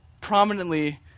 prominently